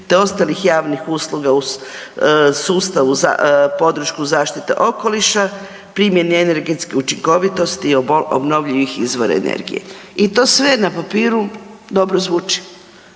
te ostalih javnih usluga u sustavu podršku zaštite okoliša, primjene energetske učinkovitosti i obnovljivih izvora energije. I to sve na papiru dobro zvuči,